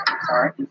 Sorry